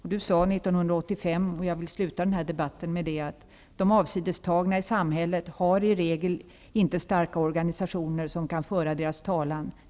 År 1985 sade Bengt Westerberg -- jag vill avsluta debatten med det -- att de avsidestagna i samhället i regel inte har starka organisationer som kan föra deras talan.